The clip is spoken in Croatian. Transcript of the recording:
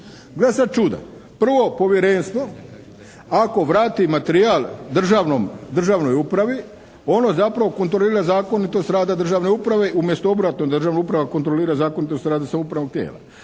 Gle sad čuda, prvo povjerenstvo ako vrati materijal državnoj upravi ono zapravo kontrolira zakonitost rada državne uprave umjesto obratno. Državna uprava kontrolira zakonitost rada samoupravnog tijela.